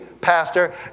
Pastor